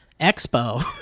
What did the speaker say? expo